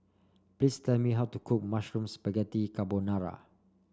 please tell me how to cook Mushroom Spaghetti Carbonara